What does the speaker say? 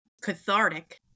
cathartic